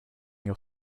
your